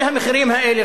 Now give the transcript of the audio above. כל המחירים האלה,